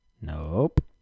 Nope